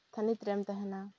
ᱛᱷᱟᱹᱱᱤᱛ ᱨᱮᱢ ᱛᱟᱦᱮᱸᱱᱟ